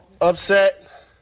upset